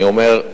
אני אומר,